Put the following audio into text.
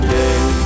day